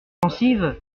pensive